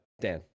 Dan